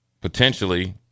potentially